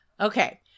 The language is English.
Okay